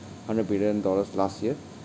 hundred billion dollars last year